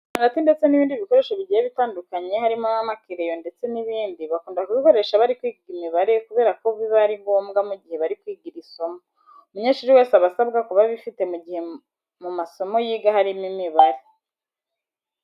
Amarati ndetse n'ibindi bikoresho bigiye bitandukanye harimo amakereyo ndetse n'ibindi bakunda kubikoresha bari kwiga imibare kubera ko biba ari ngomwa mu gihe bari kwiga iri somo. Umunyeshuri wese aba asabwa kuba abifite mu gihe mu masomo yiga harimo imibare.